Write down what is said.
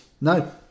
No